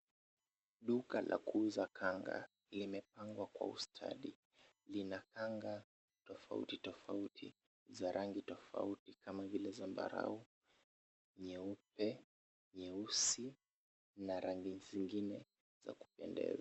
Duka la kuuza kanga, limepangwa kwa ustadi. Lina kanga tofautitofauti za rangi tofauti tofauti kama vile zambarau, nyeupe, nyeusi na rangi zingine za kupendeza.